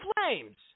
flames